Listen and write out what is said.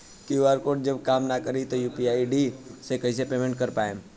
QR code जब काम ना करी त यू.पी.आई आई.डी से कइसे पेमेंट कर पाएम?